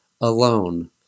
alone